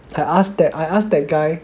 I asked that I ask that guy